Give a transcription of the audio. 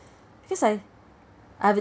because I I